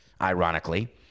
Ironically